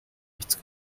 nichts